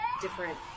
different